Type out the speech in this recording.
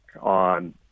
on